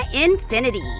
Infinity